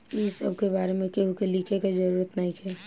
ए सब के बारे में केहू के लिखे के जरूरत नइखे